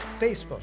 Facebook